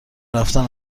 رفتن